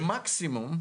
במקסימום,